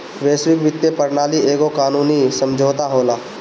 वैश्विक वित्तीय प्रणाली एगो कानूनी समुझौता होला